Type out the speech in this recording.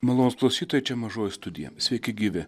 malonūs klausytojai čia mažoji studija sveiki gyvi